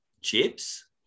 chips